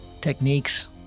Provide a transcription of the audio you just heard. techniques